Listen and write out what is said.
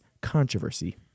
controversy